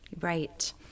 Right